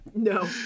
no